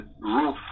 roof